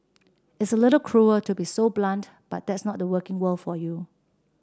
it's a little cruel to be so blunt but that's not the working world for you